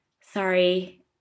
sorry